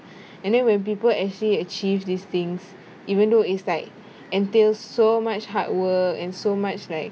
and then when people actually achieve these things even though is like until so much hard work and so much like